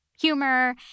humor